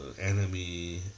enemy